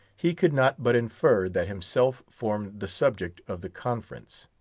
he could not but infer that himself formed the subject of the conference.